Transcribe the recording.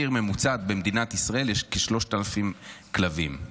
בעיר ממוצעת במדינת ישראל יש כ-3,000 כלבים.